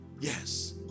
Yes